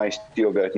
מה אשתי עוברת,